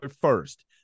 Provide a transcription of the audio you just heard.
first